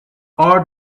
are